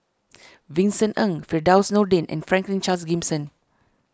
Vincent Ng Firdaus Nordin and Franklin Charles Gimson